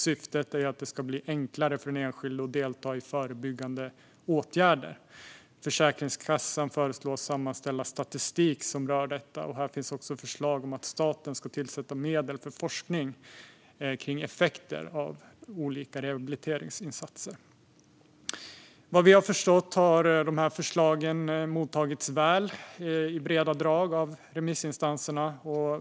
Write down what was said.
Syftet är att det ska bli enklare för den enskilde att delta i förebyggande åtgärder. Försäkringskassan föreslås sammanställa statistik som rör detta. Det finns också förslag om att staten ska tillsätta medel för forskning om effekter av olika rehabiliteringsinsatser. Vad vi har förstått har de här förslagen mottagits väl, i breda drag, av remissinstanserna.